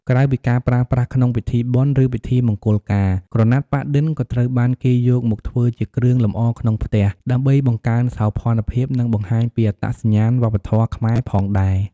ក្រៅពីការប្រើប្រាស់ក្នុងពិធីបុណ្យ និងពិធីមង្គលការ ក្រណាត់ប៉ាក់-ឌិន ក៏ត្រូវបានគេយកមកធ្វើជា គ្រឿងលម្អក្នុងផ្ទះ ដើម្បីបង្កើនសោភ័ណភាព និងបង្ហាញពីអត្តសញ្ញាណវប្បធម៌ខ្មែរផងដែរ។